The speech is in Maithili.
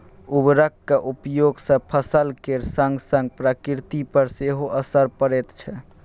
उर्वरकक उपयोग सँ फसल केर संगसंग प्रकृति पर सेहो असर पड़ैत छै